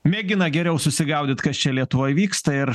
mėgina geriau susigaudyt kas čia lietuvoj vyksta ir